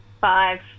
Five